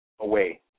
away